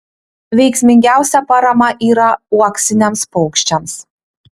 veiksmingiausia parama yra uoksiniams paukščiams